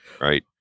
right